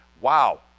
Wow